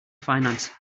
finance